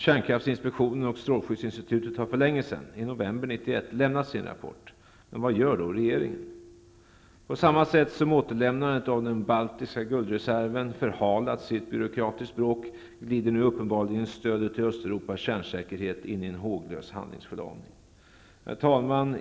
Kärnkraftinspektionen och strålskyddsinstitutet har för länge sedan, i november 1991, lämnat sin rapport. Men vad gör då regeringen? På samma sätt som återlämnandet av den baltiska guldreserven förhalats i ett byråkratiskt bråk, glider nu uppenbarligen stödet till Östeuropas kärnsäkerhet in i en håglös handlingsförlamning. Herr talman!